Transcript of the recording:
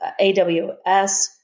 AWS